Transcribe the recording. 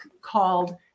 called